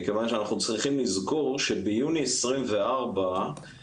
מכיוון שאנחנו צריכים לזכור שביוני 24 אמור